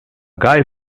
guy